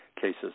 cases